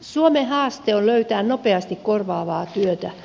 suomen haaste on löytää nopeasti korvaavaa työtä